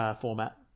format